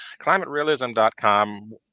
Climaterealism.com